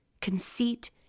conceit